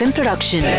Production